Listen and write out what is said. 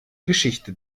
geschichte